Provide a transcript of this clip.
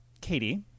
Katie